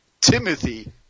Timothy